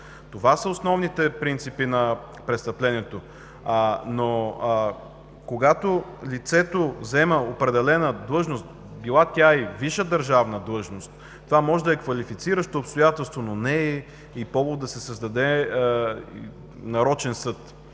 Това са основните принципи на престъплението. Когато обаче лицето заема определена длъжност – била тя и висша държавна длъжност, това може да е квалифициращо обстоятелство, но не и повод да се създаде нарочен съд,